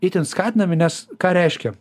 itin skatinami nes ką reiškia